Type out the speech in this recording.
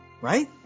right